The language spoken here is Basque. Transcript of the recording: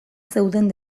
zeuden